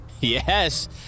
Yes